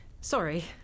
Sorry